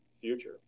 future